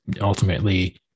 ultimately